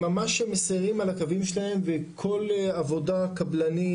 הם ממש מסיירים על הקווים שלהם וכל עבודה קבלנית,